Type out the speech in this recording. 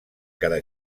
cada